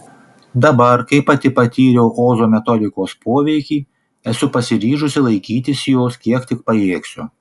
dabar kai pati patyriau ozo metodikos poveikį esu pasiryžusi laikytis jos kiek tik pajėgsiu